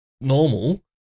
normal